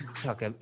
talk